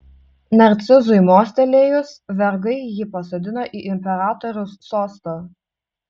narcizui mostelėjus vergai jį pasodino į imperatoriaus sostą